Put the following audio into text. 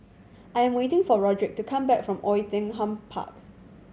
I am waiting for Rodrick to come back from Oei Tiong Ham Park